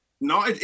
No